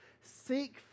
Seek